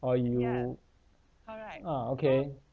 or you uh okay